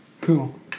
Cool